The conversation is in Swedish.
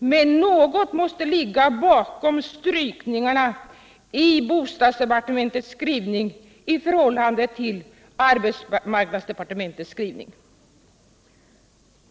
Men något måste ligga bakom strykningarna i bostadsdepartementets skrivning i förhållande till arbetsmarknadsdepartementets skrivning.